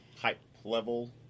hype-level